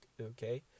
okay